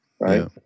Right